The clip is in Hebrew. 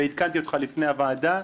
ועדכנתי אותך לפני הוועדה,